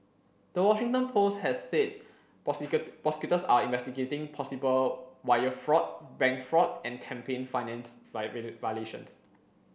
the Washington Post has said prosecutors are investigating possible wire fraud bank fraud and campaign finance violations